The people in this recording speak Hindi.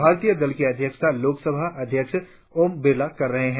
भारतीय दल की अध्यक्षता लोकसभा अध्यक्ष ओम बिरला कर रहे है